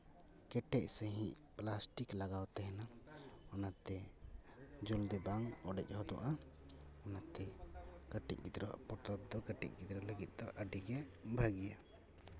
ᱠᱮᱴᱮᱡ ᱥᱟᱹᱦᱤᱡ ᱯᱞᱟᱥᱴᱤᱠ ᱞᱟᱜᱟᱣ ᱛᱟᱦᱮᱱᱟ ᱚᱱᱟᱛᱮ ᱡᱚᱞᱫᱤ ᱵᱟᱝ ᱚᱲᱮᱡ ᱦᱚᱫᱚᱜᱼᱟ ᱚᱱᱟᱛᱮ ᱠᱟᱹᱴᱤᱡ ᱜᱤᱫᱽᱨᱟᱹ ᱟᱜ ᱯᱚᱛᱚᱵ ᱫᱚ ᱠᱟᱹᱴᱤᱡ ᱜᱤᱫᱽᱨᱟᱹ ᱞᱟᱹᱜᱤᱫ ᱫᱚ ᱟᱹᱰᱤᱜᱮ ᱵᱷᱟᱹᱜᱮᱭᱟ